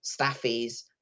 staffies